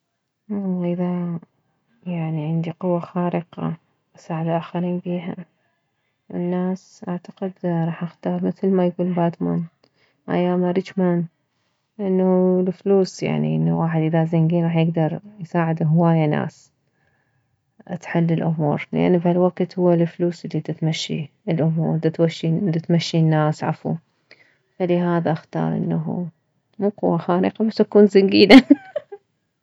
والله اذا يعني عندي قوة خارقة اساعد الاخرين بيها الناس اعتقد راح اختار مثل ما يكول باتمان i am arich man فانه الفلوس يعني انه الواحد اذا زنكين راح يكدر يساعد هواية ناس اتحل الامور لان بهالوكت هو الفلوس الي دتمشي الامور دتمشي الناس العفو فلهذا اختار مو قوة خارقة بس اكون زنكينة ههه